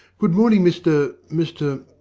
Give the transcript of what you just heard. good-morning, mr mr